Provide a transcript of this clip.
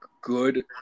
good